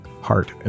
Heart